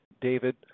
David